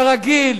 כרגיל,